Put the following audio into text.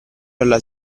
alla